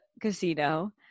casino